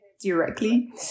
directly